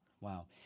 Wow